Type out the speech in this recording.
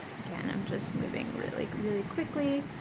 again i'm just moving really, really quickly.